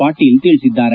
ಪಾಟೀಲ್ ತಿಳಿಸಿದ್ದಾರೆ